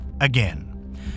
again